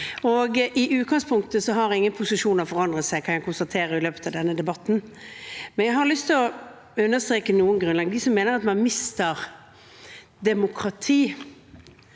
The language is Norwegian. I utgangspunktet har ingen posisjoner forandret seg, kan jeg konstatere, i løpet av denne debatten, men jeg har lyst til å understreke noe grunnleggende. De som mener at man mister demokrati